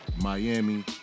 Miami